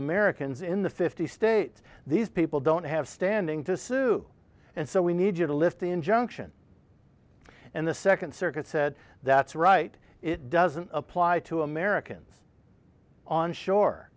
americans in the fifty states these people don't have standing to sue and so we need you to lift the injunction and the second circuit said that's right it doesn't apply to americans on shore